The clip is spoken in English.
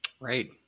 Right